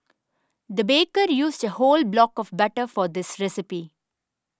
the baker used a whole block of butter for this recipe